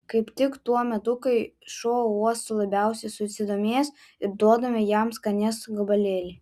kaip tik tuo metu kai šuo uosto labiausiai susidomėjęs ir duodame jam skanėsto gabalėlį